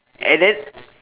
and then